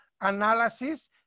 analysis